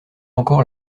encore